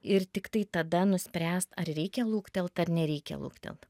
ir tiktai tada nuspręst ar reikia luktelt ar nereikia luktelt